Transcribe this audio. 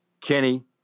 Kenny